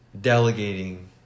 delegating